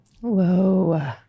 Whoa